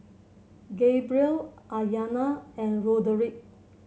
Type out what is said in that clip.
Gabriel Aryana and Roderic